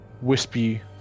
wispy